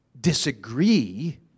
disagree